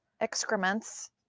Excrements